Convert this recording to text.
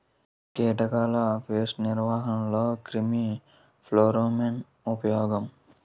కీటకాల పేస్ట్ నిర్వహణలో క్రిమి ఫెరోమోన్ ఉపయోగం